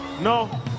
No